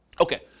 Okay